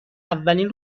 اولین